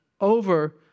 over